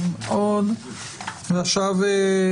ועכשיו,